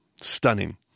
Stunning